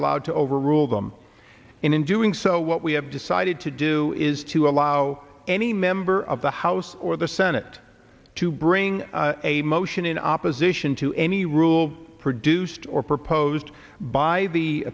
allowed to overrule them and in doing so what we have decided to do is to allow any member of the house or the senate to bring a motion in opposition to any rule produced or proposed by the